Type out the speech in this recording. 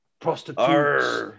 prostitutes